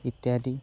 ଇତ୍ୟାଦି